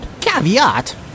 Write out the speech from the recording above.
Caveat